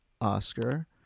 Oscar